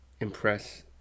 impress